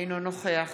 אינו נוכח